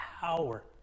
power